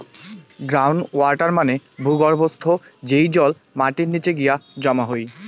ground water মানে হসে ভূর্গভস্থ, যেই জল মাটির নিচে গিয়ে জমা হই